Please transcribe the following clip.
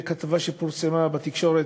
בכתבה שפורסמה בתקשורת,